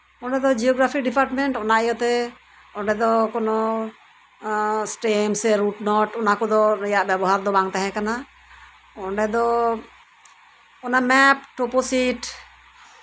ᱚᱸᱰᱮ ᱫᱚ geography department ᱚᱱᱟ ᱤᱭᱟᱹᱛᱮ ᱚᱸᱰᱮ ᱫᱚ ᱮᱥᱴᱮᱢ ᱥᱮ ᱨᱩᱴᱱᱚᱴ ᱚᱱᱟ ᱠᱚ ᱨᱮᱭᱟᱜ ᱵᱮᱣᱦᱟᱨ ᱫᱚ ᱵᱟᱝ ᱛᱟᱦᱮᱸ ᱠᱟᱱᱟ ᱚᱸᱰᱮ ᱫᱚ ᱚᱱᱮ ᱢᱮᱯ ᱴᱳᱯᱳᱥᱤᱴ